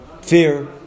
fear